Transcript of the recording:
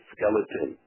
Skeleton